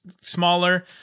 smaller